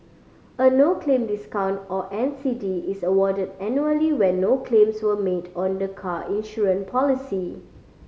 a no claim discount or N C D is awarded annually when no claims were made on the car insurance policy